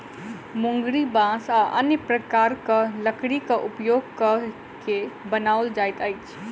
मुंगरी बाँस आ अन्य प्रकारक लकड़ीक उपयोग क के बनाओल जाइत अछि